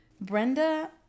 Brenda